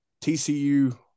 TCU